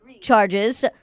charges